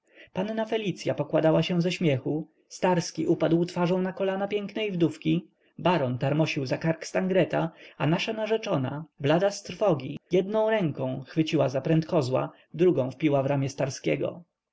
panna felicya pokładała się ze śmiechu starski upadł twarzą na kolana pięknej wdówki baron tarmosił za kark stangreta a jego narzeczona blada z trwogi jedną ręką chwyciła za pręt kozła drugą wpiła w ramię starskiego